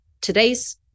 today's